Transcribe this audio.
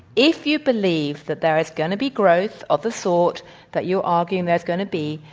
if you believe that there is going to be growth of the sort that you are arguing there is going to be,